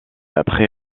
après